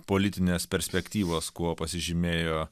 politinės perspektyvos kuo pasižymėjo